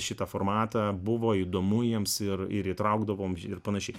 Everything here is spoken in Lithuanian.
šitą formatą buvo įdomu jiems ir įtraukdavom ir panašiai